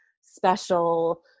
special